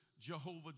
Jehovah